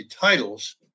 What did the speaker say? titles